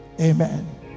Amen